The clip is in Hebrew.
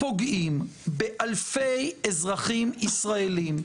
פוגעים באלפי אזרחים ישראליים,